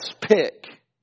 pick